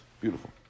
Beautiful